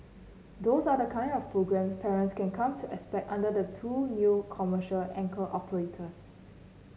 those are the kind of programmes parents can come to expect under the two new commercial anchor operators